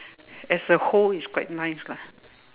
as a whole it's quite nice lah